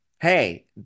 hey